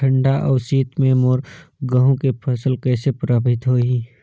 ठंडा अउ शीत मे मोर गहूं के फसल कइसे प्रभावित होही?